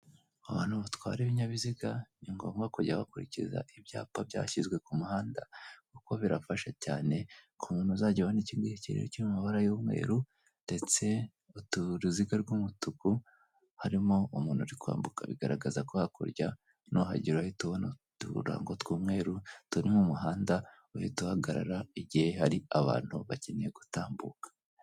Abantu batwara ibinyabiziga ni ngombwa kujya bakurikiza, ibyapa byashyizwe ku muhanda kuko birafasha cyane, ku muntu uzajya ubona iki ngiki ,rero kiri mu mabara y'umweru ndetse uruziga rw'umutuku, harimo umuntu uri kwambuka ,bigaragara ko hakurya hari igihe urahita ubona uturango tw'umweru turi mu muhanda ,uhite uhagarara igihe hari abantu bakeneye gutambuka.